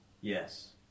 Yes